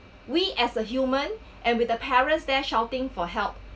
we as a human and with the parents there shouting for help